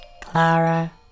clara